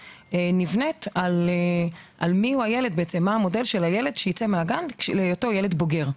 נבנית על השאלה מי הוא הילד שיצא מהגן בהיותו ילד בוגר?